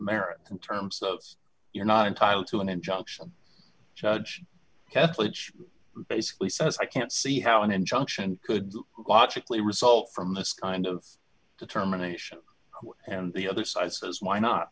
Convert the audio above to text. merit in terms of you're not entitled to an injunction judge kaplan basically says i can't see how an injunction could watch a clean result from this kind of determination and the other side says why not